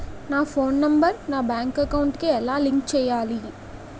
నా phone number నా bank account కి ఎలా లింక్ చేయాలి?